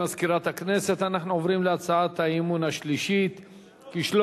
מטעם הכנסת: הצעת חוק הבחירות לכנסת (תיקון